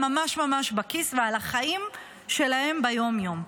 ממש בכיס ועל החיים שלהם ביום-יום.